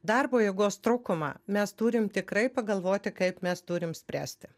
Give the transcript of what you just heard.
darbo jėgos trūkumą mes turim tikrai pagalvoti kaip mes turim spręsti